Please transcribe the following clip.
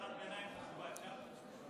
הערת ביניים חשובה אפשר?